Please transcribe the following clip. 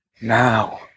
Now